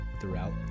throughout